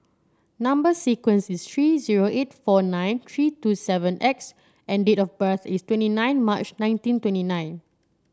number sequence is S zero eight four nine three two seven X and date of birth is twenty nine March nineteen twenty nine